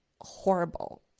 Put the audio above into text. horrible